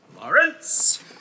Lawrence